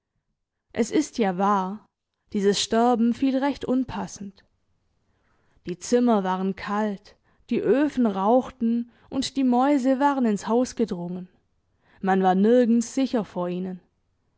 es ist ja wahr dieses sterben fiel recht unpassend die zimmer waren kalt die öfen rauchten und die mäuse waren ins haus gedrungen man war nirgends sicher vor ihnen